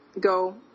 go